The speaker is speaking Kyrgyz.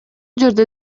жерде